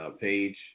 page